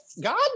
God